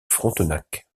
frontenac